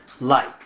Light